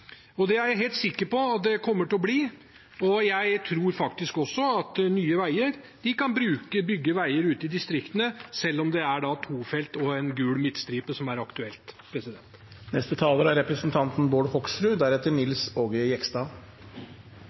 Det er jeg helt sikker på at de kommer til å bli, og jeg tror faktisk også at Nye Veier kan bygge veier ute i distriktene, selv om det er to felt og en gul midtstripe som er aktuelt. Jeg hadde egentlig ikke tenkt å ta ordet, men etter å ha hørt representanten